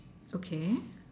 okay